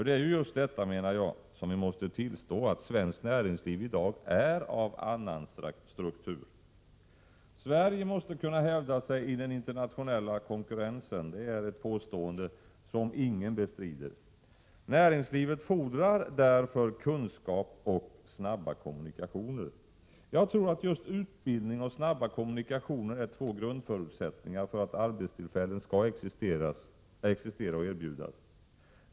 Det är just detta, menar jag, som vi måste tillstå: att svenskt näringsliv i dag är av annan struktur. Sverige måste kunna hävda sig i den internationella konkurrensen, det är ett påstående som ingen bestrider. Näringslivet fordrar därför kunskap och snabba kommunikationer. Jag tror att just utbildning och snabba kommunikationer är två grundförutsättningar för att arbetstillfällen skall existera och erbjudas.